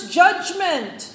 judgment